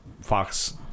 Fox